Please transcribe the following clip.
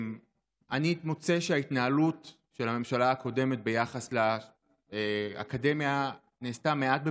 אני מוצא שההתנהלות של הממשלה הקודמת ביחס לאקדמיה נעשתה מעט בבלגן.